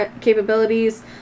capabilities